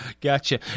gotcha